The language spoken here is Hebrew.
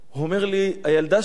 הוא אומר לי: הילדה שלי,